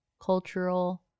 cultural